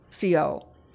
CO